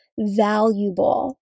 valuable